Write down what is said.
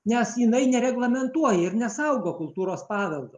nes jinai nereglamentuoja ir nesaugo kultūros paveldo